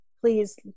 Please